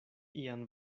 ian